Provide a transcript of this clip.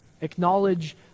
acknowledge